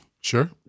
Sure